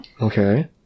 Okay